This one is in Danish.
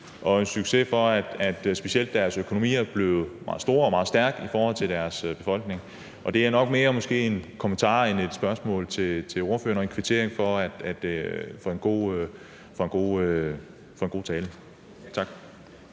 hensyn til at deres økonomi er blevet meget stor og stærk i forhold til deres befolkningstal. Det er måske nok mere en kommentar end et spørgsmål til ordføreren og en kvittering for en god tale. Kl.